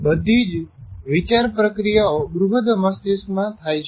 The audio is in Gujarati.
બધી જ વિચાર પ્રક્રિયાઓ બૃહદ મસ્તિષ્કમાં થાય છે